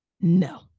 No